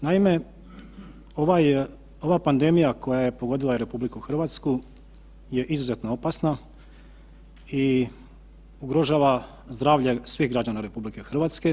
Naime, ova pandemija koja je pogodila RH je izuzetno opasna i ugrožava zdravlje svih građana RH.